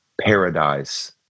paradise